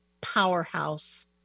powerhouse